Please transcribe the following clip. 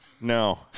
No